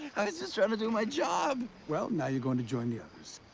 i was just trying to do my job. well, now you are going to join the others.